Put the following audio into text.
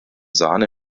sahne